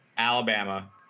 Alabama